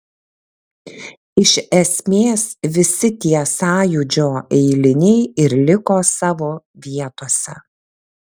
iš esmės visi tie sąjūdžio eiliniai ir liko savo vietose